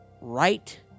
right